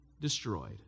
destroyed